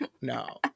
no